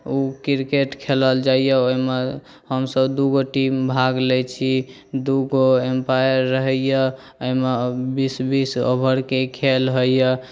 ओ cricket खेलल जाइए ओहिमे हमसभ दूगो टीम भाग लैत छी दूगो एम्पायर रहैए एहिमे बीस बीस ओवरके खेल होइए